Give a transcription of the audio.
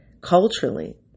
culturally